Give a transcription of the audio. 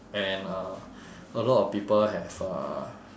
and uh a lot of people have uh